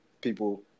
people